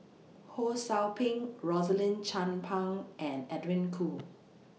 Ho SOU Ping Rosaline Chan Pang and Edwin Koo